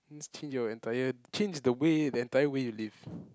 just change your entire change the way the entire way you live